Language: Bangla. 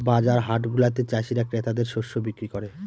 বাজার হাটগুলাতে চাষীরা ক্রেতাদের শস্য বিক্রি করে